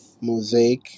Mosaic